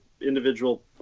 individual